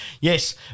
yes